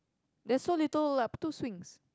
there's so little lap two swings